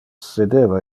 sedeva